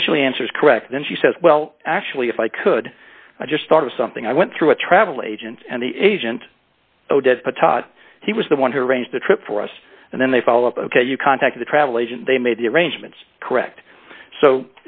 actually answers correct then she says well actually if i could i just thought of something i went through a travel agent and the agent pitot he was the one who arranged the trip for us and then they follow up ok you contact the travel agent they made the arrangements correct so